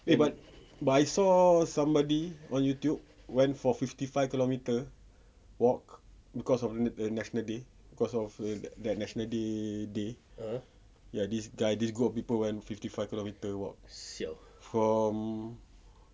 eh but but I saw somebody on youtube went for fifty five kilometre walk cause of national day cause of that national day day this guy this group of people went fifty five kilometre walk from